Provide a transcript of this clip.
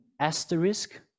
asterisk